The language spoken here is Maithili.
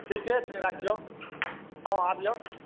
ठिके छै राखिऔ हँ आबिऔ ठीक